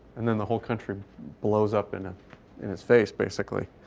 and then the whole country blows up in in his face basically.